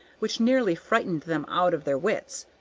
which nearly frightened them out of their wits,